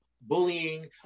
bullying